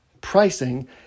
pricing